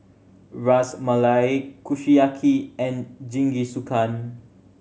Ras Malai Kushiyaki and Jingisukan